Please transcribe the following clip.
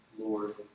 Lord